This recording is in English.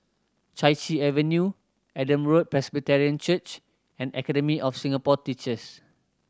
Chai Chee Avenue Adam Road Presbyterian Church and Academy of Singapore Teachers